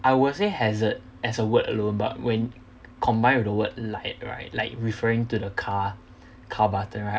I will say hazard as a word alone but when combined with the word light right like referring to the car car button right